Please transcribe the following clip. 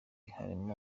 harimo